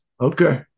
Okay